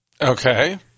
Okay